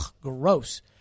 gross